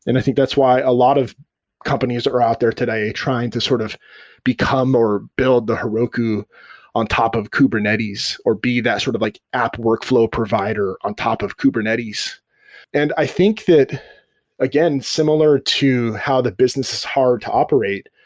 and i think that's why a lot of companies are out there today trying to sort of become, or build the heroku on top of kubernetes, or be that sort of like app workflow provider on top of kubernetes and i think that again, similar to how the business is hard to operate,